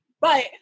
but-